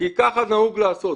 ככה נהוג לעשות.